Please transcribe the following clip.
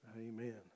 amen